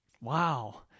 Wow